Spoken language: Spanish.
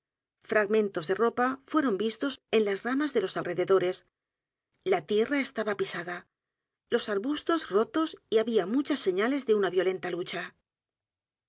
s de ropa fueron vistos en las r a m a s de edgar poe novelas y cuentos los alrededores la tierra estaba pisada los arbustos rotos y había muchas señales de una violenta lucha